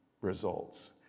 results